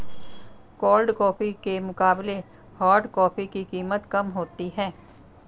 cold coffee के मुकाबले hot coffee की कीमत कम होती है